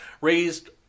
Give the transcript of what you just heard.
raised